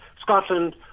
Scotland